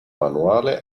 manuale